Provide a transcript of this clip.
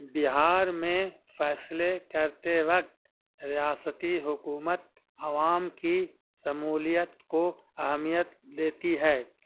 بہار میں فیصلے کرتے وقت ریاستی حکومت عوام کی شمولیت کو اہمیت دیتی ہے